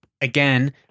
again